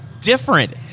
different